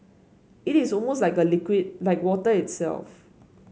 it is almost like a liquid like water itself